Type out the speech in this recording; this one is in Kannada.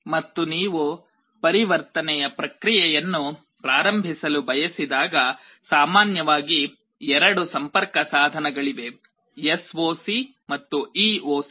ಮತ್ತು ನೀವು ಪರಿವರ್ತನೆಯ ಪ್ರಕ್ರಿಯೆಯನ್ನು ಪ್ರಾರಂಭಿಸಲು ಬಯಸಿದಾಗ ಸಾಮಾನ್ಯವಾಗಿ ಎರಡು ಸಂಪರ್ಕಸಾಧನಗಳಿವೆ ಎಸ್ಒಸಿ ಮತ್ತು ಇಒಸಿ